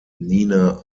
nina